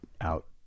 out